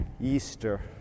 Easter